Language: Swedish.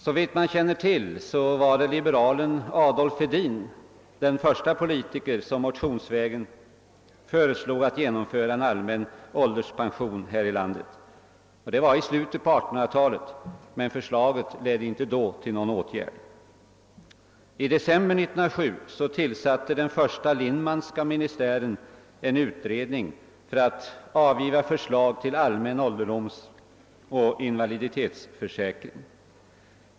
Såvitt man känner till var liberalen Adolf Hedin den första politiker som motionsvägen föreslog genomförande av en allmän ålderspension här i landet. Det var i slutet av 1800-talet, men förslaget ledde inte då till någon åtgärd. I december 1907 tillsatte den första Lindmanska ministären en utredning för att avgiva förslag till allmän ålderdomsoch invaliditetsförsäkring.